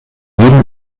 jeden